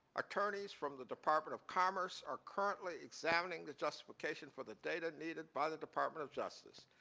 attorneys from the department of commerce are currently examining the justification for the data needed by the department of justice,